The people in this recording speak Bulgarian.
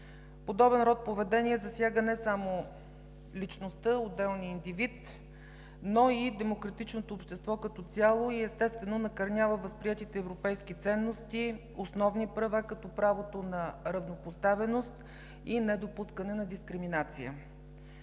Подобен род поведение засяга не само личността, отделния индивид, но и демократичното общество като цяло и, естествено, накърнява възприетите европейски ценности, основни права, като правото на равнопоставеност и недопускане на дискриминация.